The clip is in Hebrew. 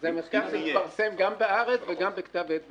זה מחקר שהתפרסם גם בארץ וגם בכתב עת בינלאומי.